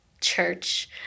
church